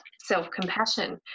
self-compassion